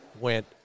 went